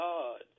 God